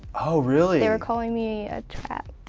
oh, really? you're calling me a trap